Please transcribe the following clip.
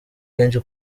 benshi